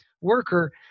worker